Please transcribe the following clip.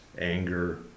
Anger